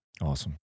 Awesome